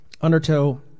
Undertow